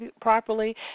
properly